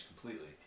completely